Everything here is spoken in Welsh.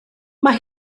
mae